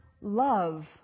love